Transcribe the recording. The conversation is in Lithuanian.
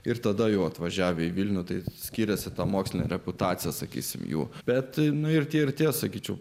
ir tada jau atvažiavę į vilnių tai skiriasi ta moksline reputacija sakysime jų bet nu ir tie ir tie sakyčiau